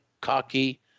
cocky